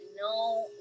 no